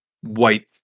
white